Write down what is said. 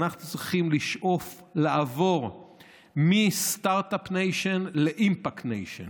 אנחנו צריכים לשאוף לעבור מסטרטאפ ניישן לאימפקט ניישן,